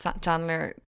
Chandler